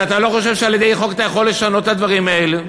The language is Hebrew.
שאתה לא חושב שעל-ידי חוק אתה יכול לשנות את הדברים האלה?